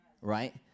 right